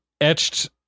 etched